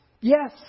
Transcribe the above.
Yes